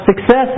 success